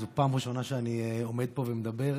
זאת הפעם הראשונה שאני עומד פה ומדבר.